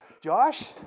Josh